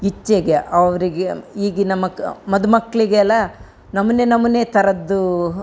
ಇಚ್ಛೆಗೆ ಅವರಿಗೆ ಈಗಿನ ಮಕ್ ಮದುಮಕ್ಳಿಗೆಲ್ಲ ನಮೂನೆ ನಮೂನೆ ಥರದ್ದು